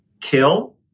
kill